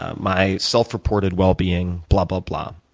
ah my self-reported wellbeing, blablabla,